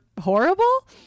horrible